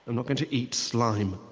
i'm not going to eat slime.